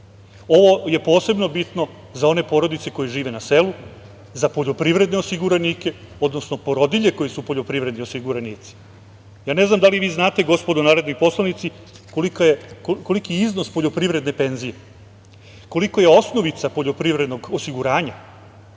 Ovo je posebno bitno za one porodice koje žive na selu, za poljoprivredne osiguranike, odnosno porodilje koje su poljoprivredni osiguranici. Ja, ne znam da li vi znate gospodo narodni poslanici, koliki je iznos poljoprivredne penzije? Kolika je osnovica poljoprivredne osiguranja,